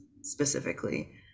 specifically